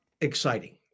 exciting